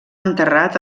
enterrat